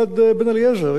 יש לי אליו הערכה רבה מאוד,